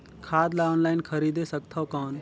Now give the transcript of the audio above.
खाद ला ऑनलाइन खरीदे सकथव कौन?